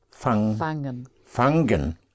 fangen